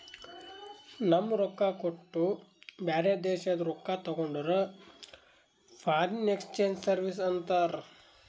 ನಮ್ ರೊಕ್ಕಾ ಕೊಟ್ಟು ಬ್ಯಾರೆ ದೇಶಾದು ರೊಕ್ಕಾ ತಗೊಂಡುರ್ ಫಾರಿನ್ ಎಕ್ಸ್ಚೇಂಜ್ ಸರ್ವೀಸ್ ಅಂತಾರ್